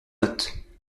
notes